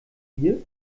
bier